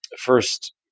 first